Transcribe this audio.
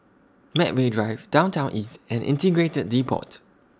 Medway Drive Downtown East and Integrated Depot